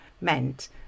meant